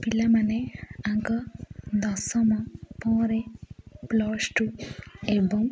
ପିଲାମାନେ ଆଗ ଦଶମ ପରେ ପ୍ଲସ୍ ଟୁ ଏବଂ